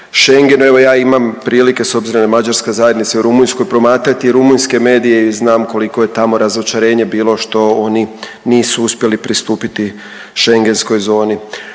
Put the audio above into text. Schengenu. Evo ja imam prilike s obzirom da je mađarska zajednica u Rumunjskoj promatrati rumunjske medije i znam koliko je tamo razočarenje bilo što oni nisu uspjeli pristupiti Schengenskoj zoni.